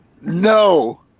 No